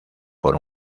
por